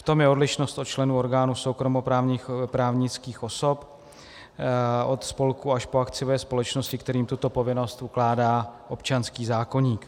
V tom je odlišnost od členů orgánů soukromoprávních právnických osob, od spolků až po akciové společnosti, kterým tuto povinnost ukládá občanský zákoník.